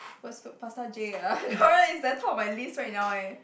fast food pasta J ah it's the top of my list right now leh